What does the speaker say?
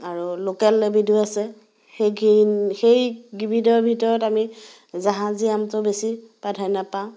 আৰু লোকেল এবিধো আছে সেই কেইবিধৰ ভিতৰত আমি জাহাজী আমটো বেছি প্ৰাধান্য পাওঁ